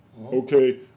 Okay